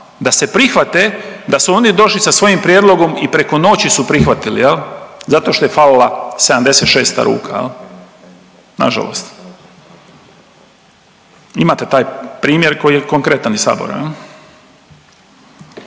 da se prihvate, da su oni došli sa svojim prijedlogom i preko noći su prihvatili jel' zato što je falila sedamdeset i šesta ruka. Na žalost. Imate taj primjer koji je konkretan iz Sabora.